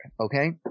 okay